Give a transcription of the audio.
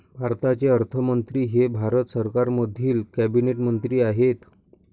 भारताचे अर्थमंत्री हे भारत सरकारमधील कॅबिनेट मंत्री आहेत